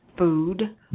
Food